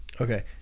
Okay